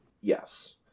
Yes